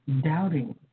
doubting